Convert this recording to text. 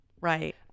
Right